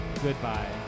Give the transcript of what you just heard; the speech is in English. Goodbye